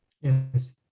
Yes